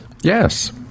Yes